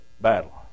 battle